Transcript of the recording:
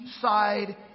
side